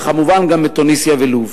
וכמובן גם בתוניסיה ולוב.